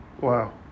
Wow